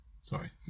Sorry